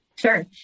Sure